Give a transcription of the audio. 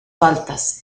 faltas